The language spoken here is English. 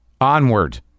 onward